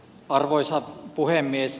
arvoisa puhemies